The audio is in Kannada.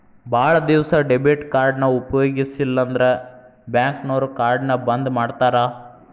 ಭಾಳ್ ದಿವಸ ಡೆಬಿಟ್ ಕಾರ್ಡ್ನ ಉಪಯೋಗಿಸಿಲ್ಲಂದ್ರ ಬ್ಯಾಂಕ್ನೋರು ಕಾರ್ಡ್ನ ಬಂದ್ ಮಾಡ್ತಾರಾ